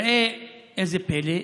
ראה זה פלא,